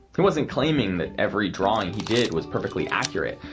he wasn't claiming that every drawing he did was perfectly accurate,